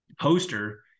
poster